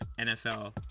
NFL